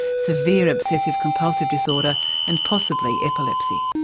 severe obsessive compulsive disorder and possibly epilepsy.